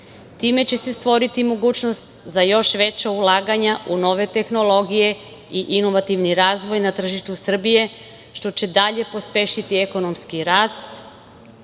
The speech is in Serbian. Time će se stvoriti mogućnost za još veća ulaganja u nove tehnologije i inovativni razvoj na tržištu Srbije, što će dalje pospešiti ekonomski rast,